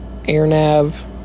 AirNav